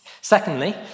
Secondly